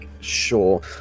sure